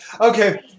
Okay